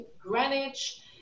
Greenwich